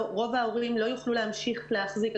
רוב ההורים לא יוכלו להמשיך להחזיק.